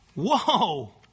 whoa